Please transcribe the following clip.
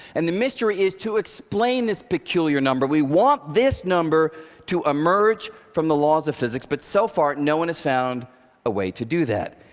and the mystery is to explain this peculiar number. we want this number to emerge from the laws of physics, but so far no one has found a way to do that.